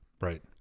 Right